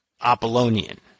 Apollonian